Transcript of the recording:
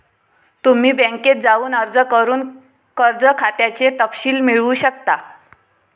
तुम्ही बँकेत जाऊन अर्ज करून कर्ज खात्याचे तपशील मिळवू शकता